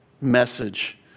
message